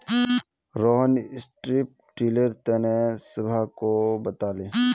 Rohan strip tiller तने सबहाको बताले